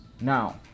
Now